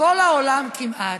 כל העולם כמעט".